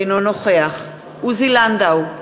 אינו נוכח עוזי לנדאו,